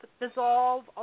dissolve